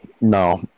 No